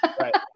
Right